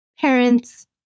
parents